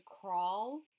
crawl